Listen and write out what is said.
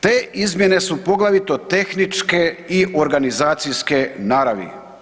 Te izmjene su poglavito tehničke i organizacijske naravi.